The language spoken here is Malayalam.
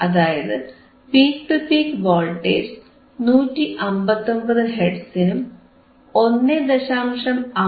അതായത് പീക് ടു പീക് വോൾട്ടേജ് 159 ഹെർട്സിനും 1